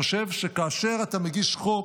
חושב שכאשר אתה מגיש חוק,